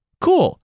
Cool